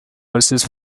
verses